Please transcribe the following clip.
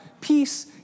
peace